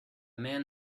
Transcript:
man